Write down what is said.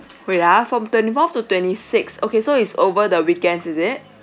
wait ah from twenty fourth to two twenty sixth okay so is over the weekends is it